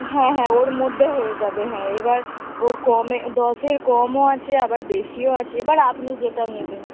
হ্যাঁ হ্যাঁ ওর মধ্যে হয়ে যাবে হ্যাঁ এবার ওর কমে দশের কমও আছে আবার বেশিও আছে এবার আপনি যেটা নেবেন